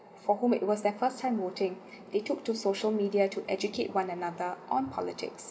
for whom it was their first time voting they took to social media to educate one another on politics